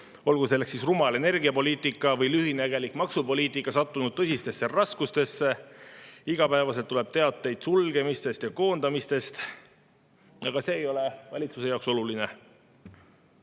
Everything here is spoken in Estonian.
olgu selleks rumal energiapoliitika või lühinägelik maksupoliitika, sattunud tõsistesse raskustesse. Igapäevaselt tuleb teateid sulgemistest ja koondamistest. Aga see ei ole valitsuse jaoks oluline.